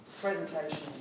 presentation